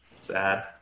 Sad